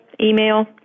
email